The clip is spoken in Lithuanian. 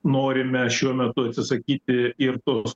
norime šiuo metu atsisakyti ir tos